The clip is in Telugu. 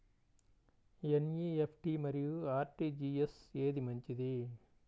ఎన్.ఈ.ఎఫ్.టీ మరియు అర్.టీ.జీ.ఎస్ ఏది మంచిది?